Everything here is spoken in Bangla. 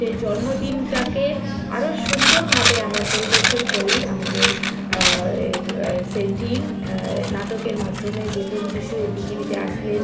সেই জন্মদিনটাকে আরো সুন্দরভাবে আমরা পরিবেশন করি আমাদের এর সেই টিম নাটকের মাধ্যমে যে প্রভু যীশু এ পৃথিবীতে আসলেন